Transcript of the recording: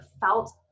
felt